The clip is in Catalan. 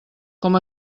com